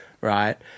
right